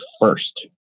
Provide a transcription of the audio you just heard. first